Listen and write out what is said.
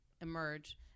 emerge